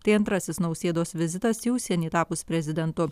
tai antrasis nausėdos vizitas į užsienį tapus prezidentu